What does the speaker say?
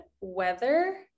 weather